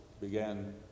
began